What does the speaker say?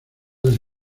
del